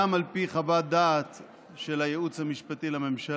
גם על פי חוות דעת של הייעוץ המשפטי לממשלה,